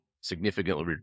significantly